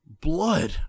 blood